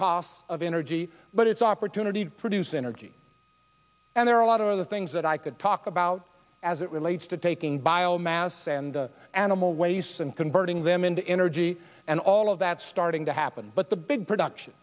cost of energy but its opportunity to produce energy and there are a lot of other things that i could talk about as it relates to taking biomass and animal waste and converting them into energy and all of that starting to happen but the big production